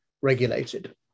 regulated